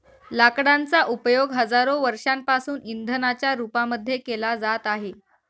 लाकडांचा उपयोग हजारो वर्षांपासून इंधनाच्या रूपामध्ये केला जात आहे